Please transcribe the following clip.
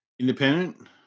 Independent